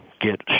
get